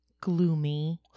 Gloomy